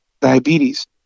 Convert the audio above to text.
diabetes